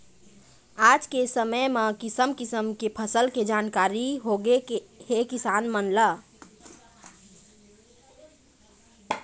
आज के समे म किसम किसम के फसल के जानकारी होगे हे किसान मन ल